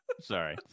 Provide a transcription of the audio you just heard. Sorry